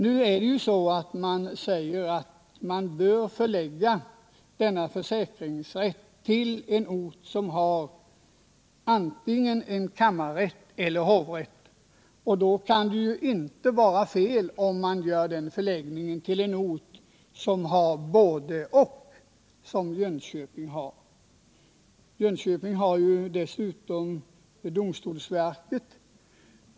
Nu anses att försäkringsrätten bör förläggas till en ort som har antingen kammarrätt eller hovrätt. Då kan det inte vara fel om den förläggs till en ort som har både-och, som Jönköping har. Jönköping har dessutom domstolsver ket.